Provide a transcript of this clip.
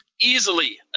Easily